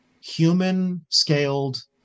human-scaled